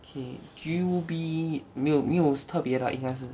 K Q B 没有没有特别应该是